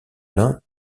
lin